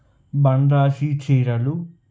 బండాచీ చీరలు